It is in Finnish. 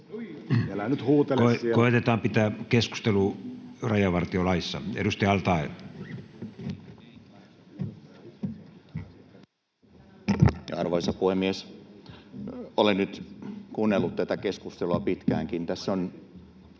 Koetetaan pitää keskustelu rajavartiolaissa. — Edustaja al-Taee. Arvoisa puhemies! Olen nyt kuunnellut tätä keskustelua pitkäänkin.